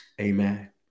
amen